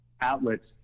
outlets